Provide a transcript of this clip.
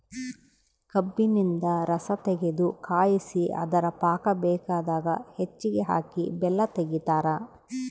ಕಬ್ಬಿನಿಂದ ರಸತಗೆದು ಕಾಯಿಸಿ ಅದರ ಪಾಕ ಬೇಕಾದ ಹೆಚ್ಚಿಗೆ ಹಾಕಿ ಬೆಲ್ಲ ತೆಗಿತಾರ